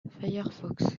firefox